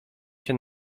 się